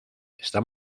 está